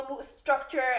structure